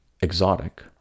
exotic